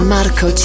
Marco